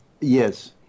yes